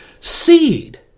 seed